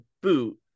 boot